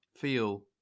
feel